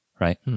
right